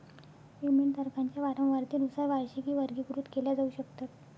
payment तारखांच्या वारंवारतेनुसार वार्षिकी वर्गीकृत केल्या जाऊ शकतात